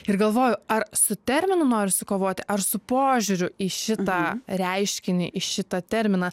ir galvoju ar su terminu norisi kovoti ar su požiūriu į šitą reiškinį į šitą terminą